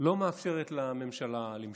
לא מאפשרת לממשלה למשול.